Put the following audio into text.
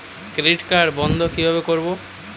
Credit card বন্ধ কিভাবে করবো?